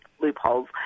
loopholes